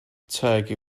turkey